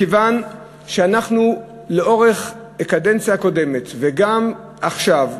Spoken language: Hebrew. מכיוון שאנחנו, לאורך הקדנציה הקודמת, וגם עכשיו,